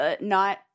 not-